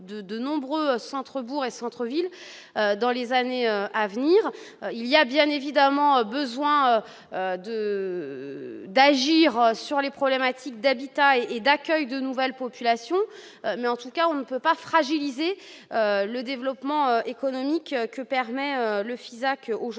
de nombreux centres centres-villes dans les années à venir, il y a bien évidemment besoin de d'agir sur les problématiques d'habitat et d'accueil de nouvelles populations mais en tout cas on ne peut pas fragiliser le développement économique que permet le Fisac, aujourd'hui,